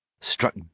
struck